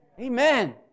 Amen